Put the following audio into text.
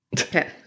Okay